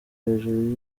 hejuru